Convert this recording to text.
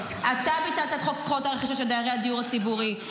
אתה ביטלת את חוק זכויות הרכישה של דיירי הדיור הציבורי.